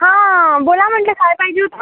हां बोला म्हटलं काय पाहिजे होतं